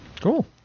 Cool